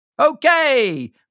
Okay